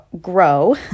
grow